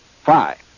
five